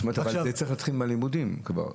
זאת אומרת, אבל יהיה צריך להתחיל מהלימודים כבר.